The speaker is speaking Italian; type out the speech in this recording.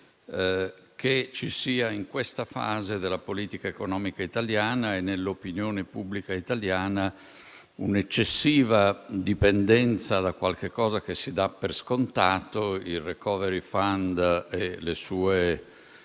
che in questa fase della politica economica italiana e nell'opinione pubblica italiana ci sia un'eccessiva dipendenza da qualche cosa che si dà per scontato - il *recovery fund* e le sue